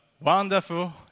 wonderful